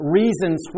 reasons